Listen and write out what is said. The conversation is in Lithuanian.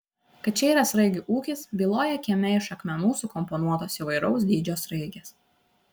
kad čia yra sraigių ūkis byloja kieme iš akmenų sukomponuotos įvairaus dydžio sraigės